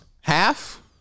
Half